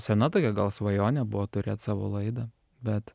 sena tokia gal svajonė buvo turėt savo laidą bet